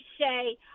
say